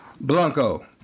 Blanco